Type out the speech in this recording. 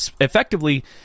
effectively